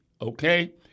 Okay